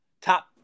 top –